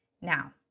Now